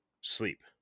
sleep